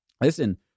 listen